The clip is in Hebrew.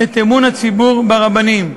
את אמון הציבור ברבנים.